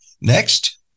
next